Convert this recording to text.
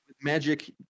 Magic